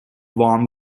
warm